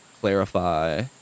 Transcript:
clarify